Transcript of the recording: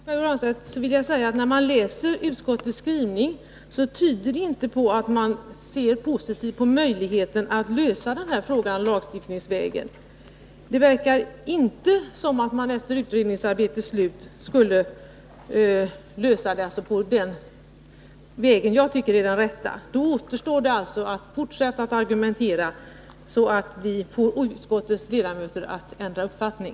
Herr talman! Till Pär Granstedt vill jag säga att när man läser utskottets skrivning finner man att den inte tyder på att utskottets ledamöter ser positivt på möjligheterna att lösa problemet lagstiftningsvägen. Det verkar inte som om man efter utredningsarbetets slut skulle vilja lösa det på den väg som jag tycker är den rätta. Då återstår alltså att fortsätta att argumentera tills vi får utskottets ledamöter att ändra uppfattning.